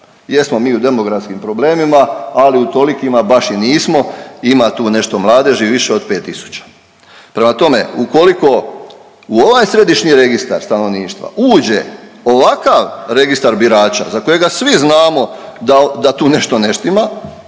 Jesmo mi u demografskim problemima, ali u tolikima baš i nismo, ima tu nešto mladeži više od 5 tisuća. Prema tome, ukoliko u ovaj Središnji registar stanovništva uđe ovakav Registar birača za kojega svi znamo da tu nešto ne štima